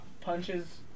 punches